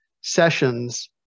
sessions